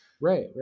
Right